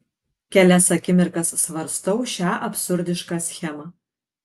kelias akimirkas svarstau šią absurdišką schemą